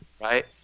Right